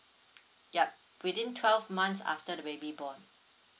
yup within twelve months after the baby born